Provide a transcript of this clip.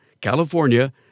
California